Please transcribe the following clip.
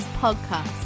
Podcast